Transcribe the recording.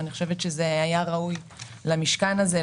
אני חושבת שזה דבר ראוי למשכן הזה,